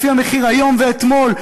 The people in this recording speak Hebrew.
לפי המחיר היום ואתמול,